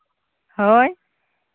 ᱦᱳᱭ